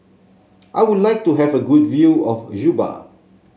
I would like to have a good view of Juba